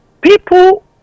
people